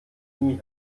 knie